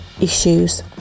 issues